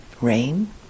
rain